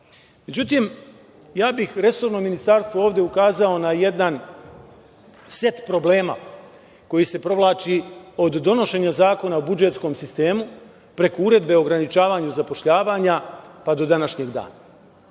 život.Međutim, ja bih resornom ministarstvu ovde ukazao na jedan set problema koji se provlači od donošenja Zakona o budžetskom sistemu, preko Uredbe o ograničavanju zapošljavanja, pa do današnjeg dana.